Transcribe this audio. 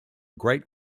great